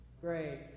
Great